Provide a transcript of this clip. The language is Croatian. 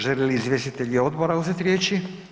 Žele li izvjestitelji odbora uzeti riječ?